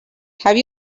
have